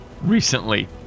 Recently